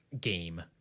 game